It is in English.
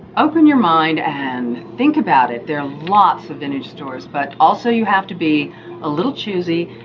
open your mind and think about it. there are lots of vintage stores, but also you have to be a little choosy,